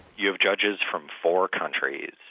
you have judges from four countries,